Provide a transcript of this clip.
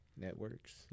Networks